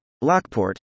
Lockport